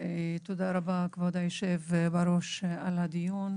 תודה רבה כבוד יושב הראש על הדיון.